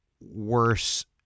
worse